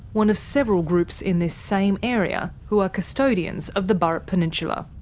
one of several groups in this same area who are custodians of the burrup peninsula.